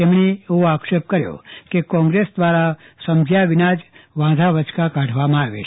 તેમણે એવો આક્ષેપ કર્યો કે કોંગ્રેસ દ્વારા સમજ્યા વિના જ વાંધા વચકા કાઢવામાં આવે છે